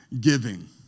Giving